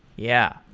yeah.